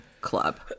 club